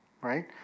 right